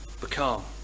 become